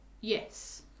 Yes